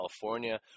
California